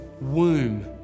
womb